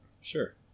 Sure